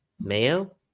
mayo